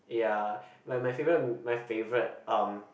ya like my favourite my favourite um